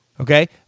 Okay